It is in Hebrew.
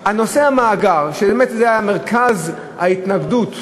נושא המאגר, שהיה מרכז ההתנגדות שלנו,